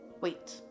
wait